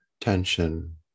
tension